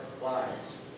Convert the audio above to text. lives